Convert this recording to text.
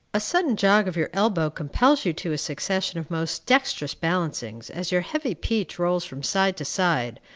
a sudden jog of your elbow compels you to a succession of most dexterous balancings as your heavy peach rolls from side to side,